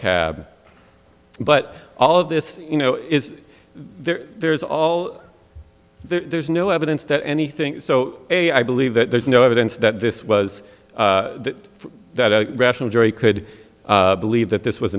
cab but all of this you know is there's all there's no evidence that anything so a i believe that there's no evidence that this was that a rational jury could believe that this was